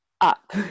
up